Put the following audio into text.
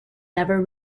never